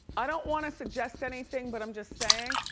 i don't want to suggest anything, but i'm just saying,